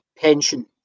pension